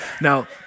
Now